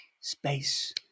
space